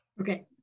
Okay